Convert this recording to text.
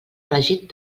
elegit